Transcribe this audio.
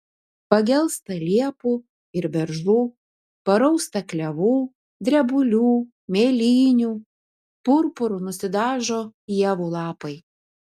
pagelsta liepų ir beržų parausta klevų drebulių mėlynių purpuru nusidažo ievų lapai